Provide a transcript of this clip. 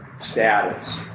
status